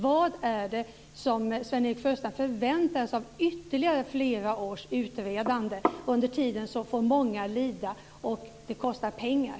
Vad är det som Sven-Erik Sjöstrand förväntar sig av ytterligare flera års utredande? Under tiden får många lida och det kostar pengar.